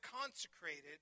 consecrated